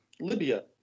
libya